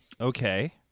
Okay